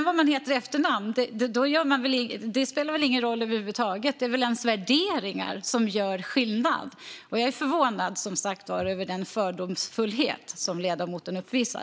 Vad man heter i efternamn spelar väl ingen roll över huvud taget. Det är ens värderingar som gör skillnad, och jag är som sagt förvånad över den fördomsfullhet som ledamoten uppvisar.